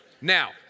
Now